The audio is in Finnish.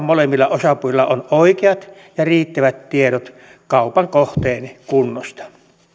molemmilla osapuolilla on oikeat ja riittävät tiedot kaupan kohteen kunnosta